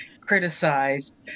criticized